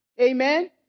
Amen